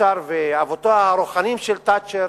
אבותיה הרוחניים של תאצ'ר